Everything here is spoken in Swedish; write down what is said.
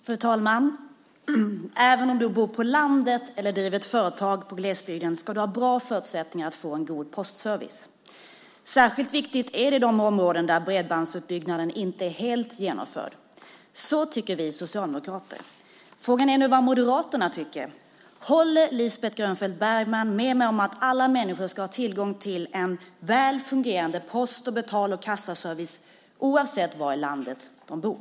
Fru talman! Även om man bor på landet eller driver ett företag i glesbygden ska man ha bra förutsättningar att få en god postservice. Särskilt viktigt är det i de områden där bredbandsutbyggnaden inte är helt genomförd. Så tycker vi socialdemokrater. Frågan är nu vad Moderaterna tycker. Håller Lisbeth Grönfeldt Bergman med mig om att alla människor ska ha tillgång till en väl fungerande post-, betal och kassaservice oavsett var i landet de bor?